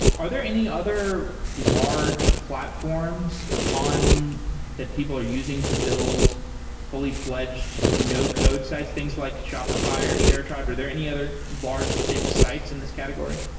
are there any other large platforms that people are using to build fully-fledged no code sites? things like shopify or sharetribe? are there any other large thick sites in this category?